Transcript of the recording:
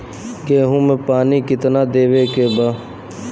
गेहूँ मे पानी कितनादेवे के बा?